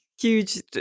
Huge